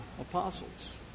apostles